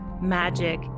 magic